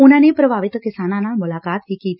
ਉਨੂਾਂ ਨੇ ਪ੍ਰਭਾਵਿਤ ਕਿਸਾਨਾਂ ਨਾਲ ਮੁਲਾਕਾਤ ਵੀ ਕੀਤੀ